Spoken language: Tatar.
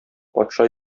патша